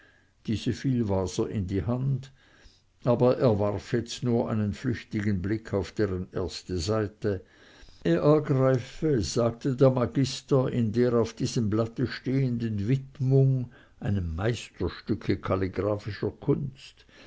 diese fiel waser in die hand aber er warf jetzt nur einen flüchtigen blick auf deren erste seite er ergreife sagte der magister in der auf diesem blatte stehenden widmung einem meisterstücke kalligraphischer kunst